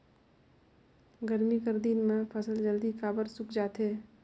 गरमी कर दिन म फसल जल्दी काबर सूख जाथे?